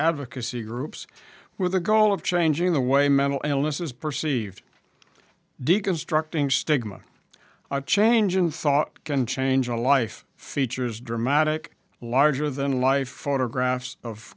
advocacy groups with the goal of changing the way mental illness is perceived deconstructing stigma changing thought can change a life features dramatic larger than life photographs of